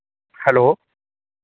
hello